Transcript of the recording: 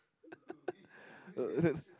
uh